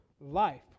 life